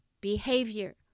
behavior